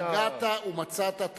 יגעת ומצאת,